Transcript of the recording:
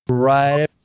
right